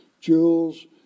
jewels